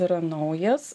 yra naujas